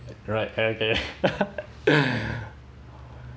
right ya okay